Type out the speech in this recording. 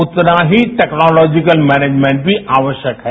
उतना ही technological management भी आवश्यक है